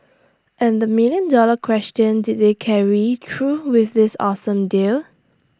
and the million dollar question did they carry through with this awesome deal